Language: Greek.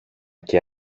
και